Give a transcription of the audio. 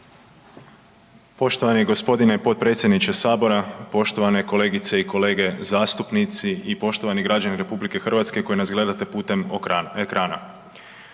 Poštovani g. potpredsjedniče Sabora, poštovane kolegice i kolege zastupnici i poštovani građani RH koji nas gledate putem ekrana.